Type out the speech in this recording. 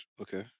Okay